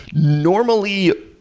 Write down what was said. normally,